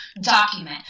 document